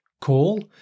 call